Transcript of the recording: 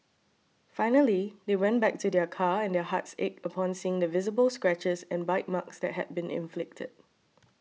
finally they went back to their car and their hearts ached upon seeing the visible scratches and bite marks that had been inflicted